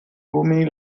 uomini